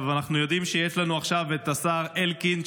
אנחנו יודעים שיש לנו עכשיו את השר אלקין,